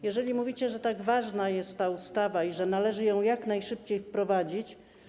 Jeżeli mówicie, że tak ważna jest ta ustawa i że należy ją jak najszybciej wprowadzić.